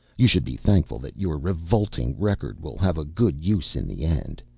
you should be thankful that your revolting record will have a good use in the end.